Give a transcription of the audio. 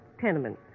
Tenement